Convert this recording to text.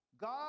God